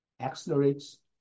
accelerates